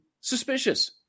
suspicious